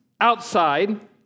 outside